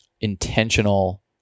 intentional